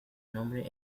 nombre